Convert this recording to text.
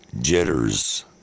Jitters